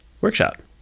workshop